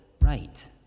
right